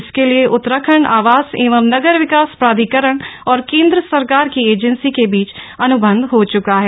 इसके लिए उत्तराखंड आवास एवं नगर विकास प्राधिकरण और केंद्र सरकार की एजेंसी के बीच अन्बंध हो चुका है